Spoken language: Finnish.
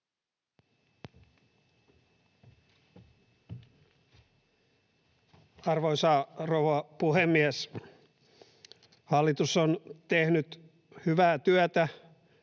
Arvoisa rouva puhemies! Hallitus on tehnyt hyvää työtä